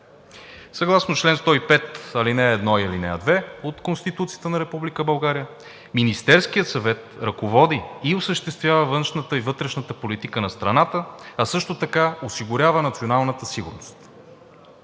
Съгласно чл. 105, ал. 1 и ал. 2 от Конституцията на Република България Министерският съвет ръководи и осъществява външната и вътрешната политика на страната, а също така осигурява националната сигурност.